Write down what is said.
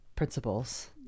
principles